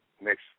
next